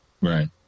Right